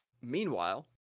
Meanwhile